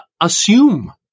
assume